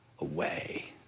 away